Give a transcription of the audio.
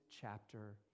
chapter